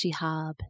Shihab